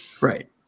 Right